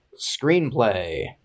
Screenplay